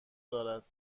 دارد